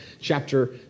chapter